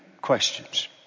questions